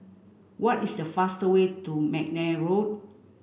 what is the fastest way to McNair Road